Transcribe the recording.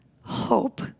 hope